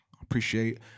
Appreciate